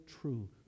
true